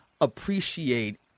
appreciate